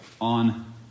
on